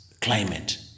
climate